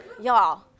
y'all